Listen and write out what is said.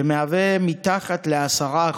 שמהווה מתחת ל-10%,